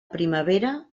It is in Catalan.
primavera